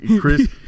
Chris